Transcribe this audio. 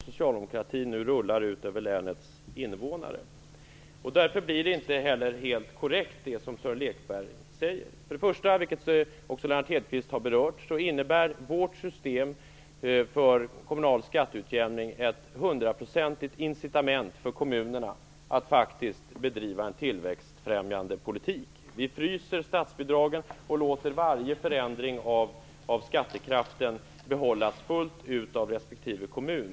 Fru talman! Tillåt mig först att välkomna Sören Lekberg och socialdemokraterna till diskussionen om hur stockholmarna har det just nu. En öronbedövande tystnad har mött de många samtal som pågår i hus och hem runt om i vår region, där den skattechock som socialdemokratin nu rullar ut över länets invånare diskuteras. Därför är inte heller det som Sören Lekberg säger helt korrekt. Först och främst, vilket också Lennart Hedquist har berört, innebär vårt system för kommunal skatteutjämning ett hundraprocentigt incitament för kommunerna att faktiskt bedriva en tillväxtfrämjande politik. Vi fryser skattebidragen och låter varje förändring av skattekraften behållas fullt ut av respektive kommun.